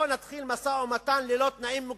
בוא נתחיל משא-ומתן ללא תנאים מוקדמים,